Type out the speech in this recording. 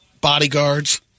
bodyguards